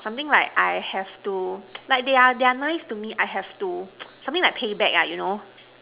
something like I have to like they they are nice to me I have to something like payback ah you know